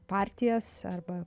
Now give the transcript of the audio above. partijas arba